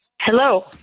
Hello